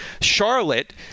Charlotte